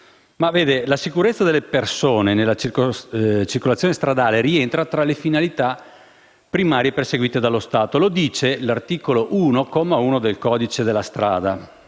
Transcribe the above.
Ma, vede, la sicurezza delle persone nella circolazione stradale rientra tra le finalità primarie perseguite dallo Stato: lo dice l'articolo 1, comma 1, del codice della strada.